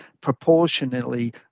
proportionally